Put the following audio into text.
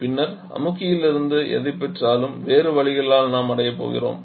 பின்னர் அமுக்கியிலிருந்து எதைப் பெற்றாலும் வேறு வழிகளால் நாம் அடையப் போகிறோம்